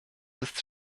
ist